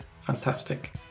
fantastic